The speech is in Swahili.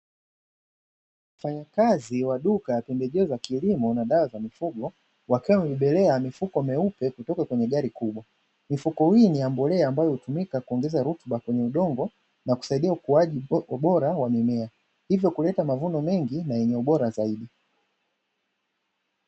Wafanyakazi wa duka la pembejeo za kilimo na dawa za mifugo wakiwa wamebebelea mifuko meupe kutoka kwenye gari kubwa. Mifuko hii ni ya mbolea ambayo hutumika kuongeza rutuba kwenye udongo na kusaidia ukuaji bora wa mimea hivyo kuleta mavuno mengi na yenye ubora zaidi.